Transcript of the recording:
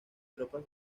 tropas